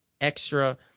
extra